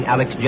Alex